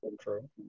True